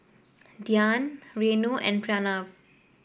Dhyan Renu and Pranav